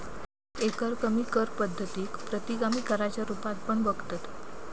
एकरकमी कर पद्धतीक प्रतिगामी कराच्या रुपात पण बघतत